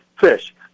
fish